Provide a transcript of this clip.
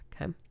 okay